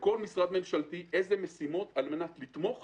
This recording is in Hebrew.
כל משרד ממשלתי מנתח איזה משימות עליו לעשות על מנת לתמוך